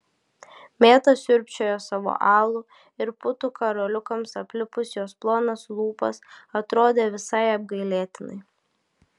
mėta sriubčiojo savo alų ir putų karoliukams aplipus jos plonas lūpas atrodė visai apgailėtinai